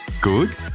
Good